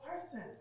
person